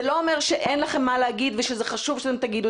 זה לא אומר שאין לכם מה לומר ושזה חשוב שתאמרו